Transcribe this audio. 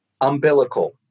umbilical